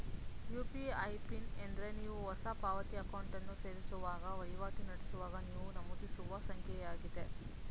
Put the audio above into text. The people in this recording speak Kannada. ಯು.ಪಿ.ಐ ಪಿನ್ ಎಂದ್ರೆ ನೀವು ಹೊಸ ಪಾವತಿ ಅಕೌಂಟನ್ನು ಸೇರಿಸುವಾಗ ವಹಿವಾಟು ನಡೆಸುವಾಗ ನೀವು ನಮೂದಿಸುವ ಸಂಖ್ಯೆಯಾಗಿದೆ